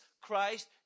Christ